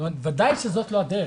זאת אומרת, ודאי שזאת לא הדרך.